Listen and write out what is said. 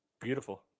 Beautiful